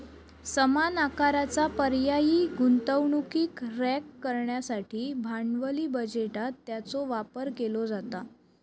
समान आकाराचा पर्यायी गुंतवणुकीक रँक करण्यासाठी भांडवली बजेटात याचो वापर केलो जाता